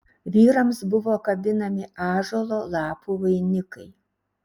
vyrams buvo kabinami ąžuolo lapų vainikai